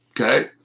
okay